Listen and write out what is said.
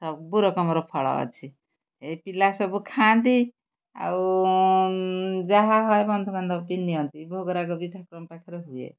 ସବୁ ରକମର ଫଳ ଅଛି ଏ ପିଲା ସବୁ ଖାଆନ୍ତି ଆଉ ଯାହା ହୁଏ ବନ୍ଧୁବାନ୍ଧବ ବି ନିଅନ୍ତି ଭୋଗରାଗ ବି ଠାକୁରଙ୍କ ପାଖରେ ହୁଏ